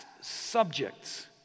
subjects